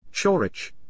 Chorich